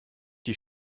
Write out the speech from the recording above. die